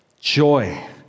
joy